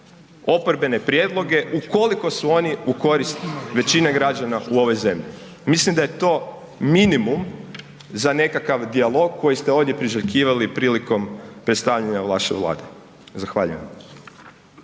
oporbene prijedloge ukoliko su oni u korist većine građana u ovoj zemlji. Mislim da je to minimum za nekakav dijalog koji ste ovdje priželjkivali prilikom predstavljanja vaše vlade. Zahvaljujem.